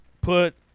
put